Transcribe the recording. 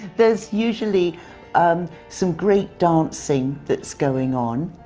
there's usually um some great dancing that's going on.